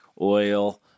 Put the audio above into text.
oil